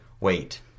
Wait